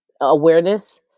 awareness